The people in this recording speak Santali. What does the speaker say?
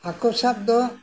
ᱦᱟᱹᱠᱩ ᱥᱟᱵ ᱫᱚ